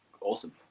awesome